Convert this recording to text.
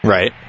Right